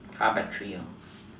car battery